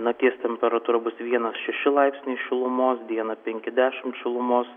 nakties temperatūra bus vienas šeši laipsniai šilumos dieną penki dešim šilumos